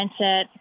mindset